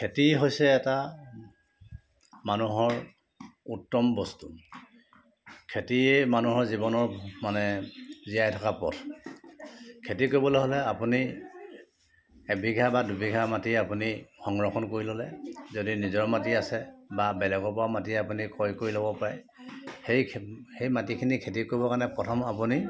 খেতি হৈছে এটা মানুহৰ উত্তম বস্তু খেতিয়েই মানুহৰ জীৱনৰ মানে জীয়াই থকা পথ খেতি কৰিবলৈ হ'লে আপুনি এবিঘা বা দুবিঘা মাটি আপুনি সংৰক্ষণ কৰি ল'লে যদি নিজৰ মাটি আছে বা বেলেগৰ পৰাও মাটি আপুনি ক্ৰয় কৰি ল'ব পাৰে সেই খে সেই মাটিখিনি খেতি কৰিবৰ কাৰণে প্ৰথম আপুনি